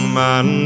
man